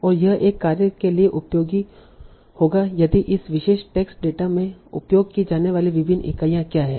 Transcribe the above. और यह एक कार्य के लिए उपयोगी होगा यदि इस विशेष टेक्स्ट डेटा में उपयोग की जाने वाली विभिन्न इकाइयाँ क्या हैं